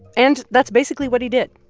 and that's basically what he did.